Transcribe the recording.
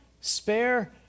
Spare